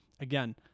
Again